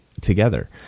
together